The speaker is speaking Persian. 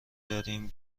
داریم